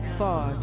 far